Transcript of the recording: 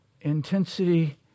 intensity